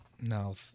no